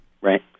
Right